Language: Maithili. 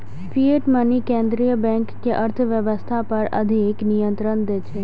फिएट मनी केंद्रीय बैंक कें अर्थव्यवस्था पर अधिक नियंत्रण दै छै